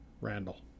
Randall